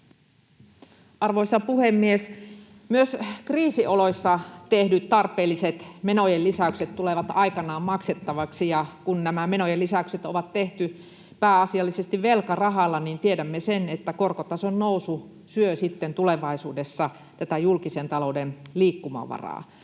Arvoisa puhemies! Myös kriisioloissa tehdyt tarpeelliset menojen lisäykset tulevat aikanaan maksettaviksi, ja kun nämä menojen lisäykset on tehty pääasiallisesti velkarahalla, niin tiedämme sen, että korkotason nousu syö sitten tulevaisuudessa tätä julkisen talouden liikkumavaraa.